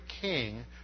king